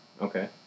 Okay